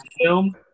film